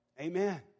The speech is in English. Amen